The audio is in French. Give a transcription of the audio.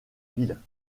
ville